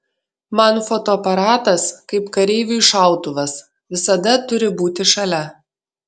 man fotoaparatas kaip kareiviui šautuvas visada turi būti šalia